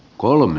kolme